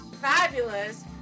fabulous